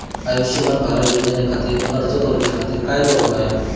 आयुष्यमान भारत योजने खातिर अर्ज करूच्या खातिर काय करुक होया?